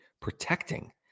protecting